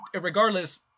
regardless